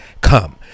come